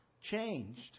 changed